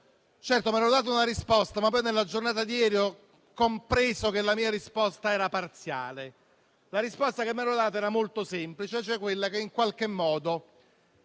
Certamente mi ero dato una risposta, ma poi nella giornata di ieri ho compreso che quella mia risposta era parziale. La risposta che mi ero dato era molto semplice, cioè che in qualche modo